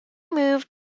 moved